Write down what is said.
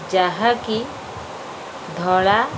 ଯାହାକି ଧଳା